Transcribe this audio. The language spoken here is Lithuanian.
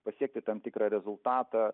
pasiekti tam tikrą rezultatą